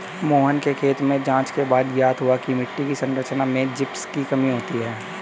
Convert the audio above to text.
मोहन के खेत में जांच के बाद ज्ञात हुआ की मिट्टी की संरचना में जिप्सम की कमी है